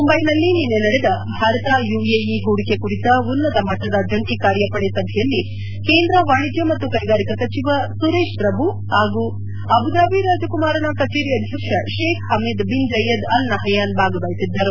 ಮುಂಬೈಯಲ್ಲಿ ನಿನ್ನೆ ನಡೆದ ಭಾರತ ಯುಎಇ ಹೂಡಿಕೆ ಕುರಿತ ಉನ್ನತ ಮಟ್ಟದ ಜಂಟ ಕಾರ್ಯಪಡೆ ಸಭೆಯಲ್ಲಿ ಕೇಂದ್ರ ವಾಣಿಜ್ಞ ಮತ್ತು ಕೈಗಾರಿಕಾ ಸಚಿವ ಸುರೇಶ್ ಪ್ರಭು ಹಾಗೂ ಅಬುಧಾಬಿ ರಾಜಕುಮಾರನ ಕಚೇರಿ ಅಧ್ಯಕ್ಷ Sheikh Hamed bin Zayed Al Nahyan ಭಾಗವಹಿಸಿದ್ದರು